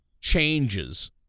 changes